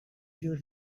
you